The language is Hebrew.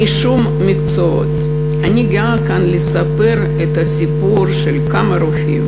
רישום מקצועות: אני גאה לספר כאן את הסיפור של כמה רופאים